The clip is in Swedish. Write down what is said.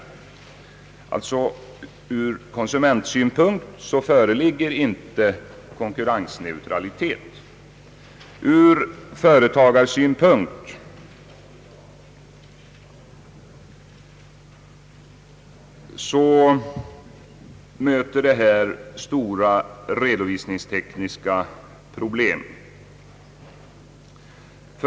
Ur konsumentsynpunkt föreligger alltså inte konkurrensneutralitet. Ur företagarsynpunkt möter detta stora redovisningstekniska problem.